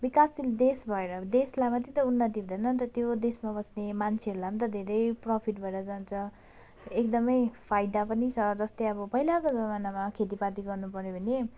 विकासशील देश भएर देशलाई मात्रै त उन्नति हुँदैन नि त त्यो देशमा बस्ने मान्छेहरूलाई पनि त धेरै प्रफिट भएर जान्छ एकदम फाइदा पनि छ जस्तै अब पहिलाको जमानामा खेतीपाती गर्नु पर्यो भने